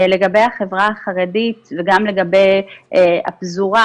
לגבי החברה החרדית וגם לגבי הפזורה,